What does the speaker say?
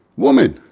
woman.